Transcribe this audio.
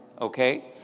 Okay